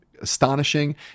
astonishing